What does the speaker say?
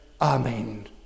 Amen